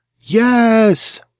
Yes